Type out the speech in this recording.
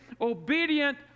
obedient